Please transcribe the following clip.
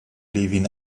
levin